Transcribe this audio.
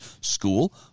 school